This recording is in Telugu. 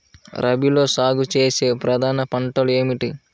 రబీలో సాగు చేసే ప్రధాన పంటలు ఏమిటి?